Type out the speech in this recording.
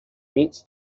meets